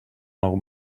nou